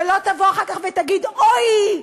ולא תבוא אחר כך ותגיד: אוי,